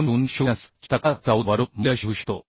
800 2007 च्या तक्ता 14 वरून मूल्य शोधू शकतो